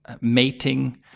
mating